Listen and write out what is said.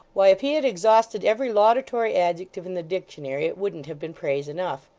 why, if he had exhausted every laudatory adjective in the dictionary, it wouldn't have been praise enough.